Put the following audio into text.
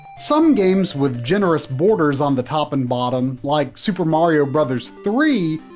some games with generous borders on the top and bottom, like super mario bros. three,